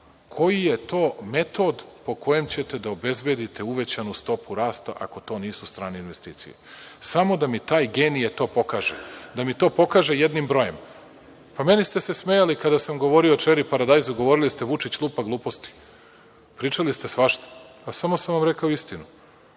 koji je to metod po kojem ćete da obezbedite uvećanu stopu rasta, ako to nisu strane investicije? Samo da mi taj genije to pokaže, da mi to pokaže jednim brojem. Pa meni ste se smejali kada sam govorio o čeri paradajzu, govorili ste – Vučić lupa gluposti. Pričali ste svašta, pa samo sam vam rekao istinu.